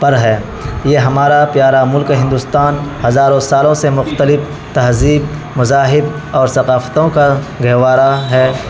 پر ہے یہ ہمارا پیارا ملک ہندوستان ہزاروں سالوں سے مختلف تہذیب مذاہب اور ثقافتوں کا گہوارہ ہے